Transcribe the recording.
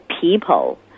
people